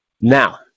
now